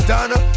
Donna